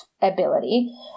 ability